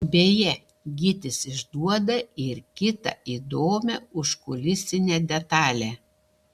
beje gytis išduoda ir kitą įdomią užkulisinę detalę